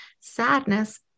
sadness